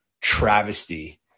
travesty